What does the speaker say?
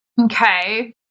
Okay